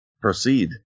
proceed